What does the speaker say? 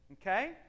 Okay